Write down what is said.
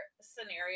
scenario